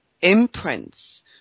imprints